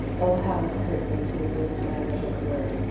oh, how it hurt me to lose my little bird,